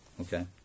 Okay